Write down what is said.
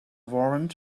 warrant